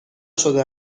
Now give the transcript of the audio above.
شده